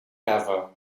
ever